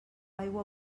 aigua